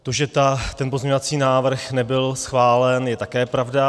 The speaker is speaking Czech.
To, že ten pozměňovací návrh nebyl schválen, je také pravda.